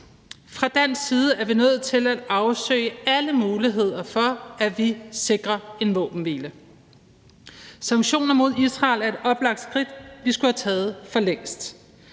Fra dansk side er vi nødt til at afsøge alle muligheder for, at vi sikrer en våbenhvile. Sanktioner mod Israel er et oplagt skridt, vi skulle have taget for længst.